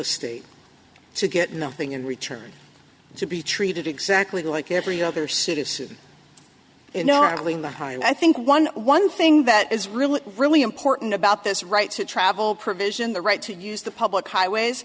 estate to get nothing in return to be treated exactly like every other citizen you know really in the high end i think one one thing that is really really important about this right to travel provision the right to use the public highways